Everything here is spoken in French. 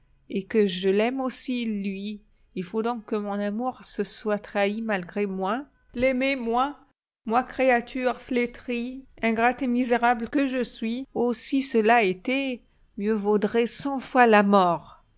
et que je l'aime aussi lui il faut donc que mon amour se soit trahi malgré moi l'aimer moi moi créature à jamais flétrie ingrate et misérable que je suis oh si cela était mieux vaudrait cent fois la mort